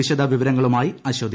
വിശദവിവരങ്ങളുമായി അശ്വതി